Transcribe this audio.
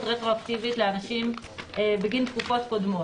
רטרואקטיבית לאנשים בגין תקופות קודמות,